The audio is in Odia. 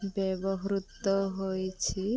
ବ୍ୟବହୃତ ହୋଇଛି